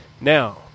Now